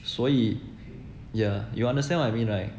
所以 yeah you understand what I mean right